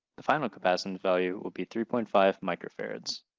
the final capacitant value will be three point five microfarads.